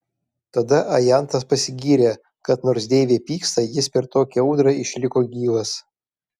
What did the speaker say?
tada ajantas pasigyrė kad nors deivė pyksta jis per tokią audrą išliko gyvas